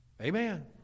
Amen